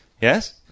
Yes